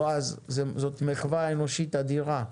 בועז, זאת מחווה אנושית אדירה,